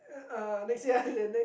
uh next year ah